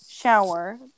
shower